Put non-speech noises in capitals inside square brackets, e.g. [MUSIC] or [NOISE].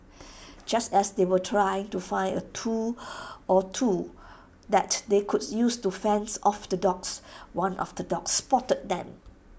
[NOISE] just as they were trying to find A tool or two that they could use to fend off the dogs one of the dogs spotted them